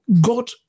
God